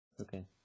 okay